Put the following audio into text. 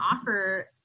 offer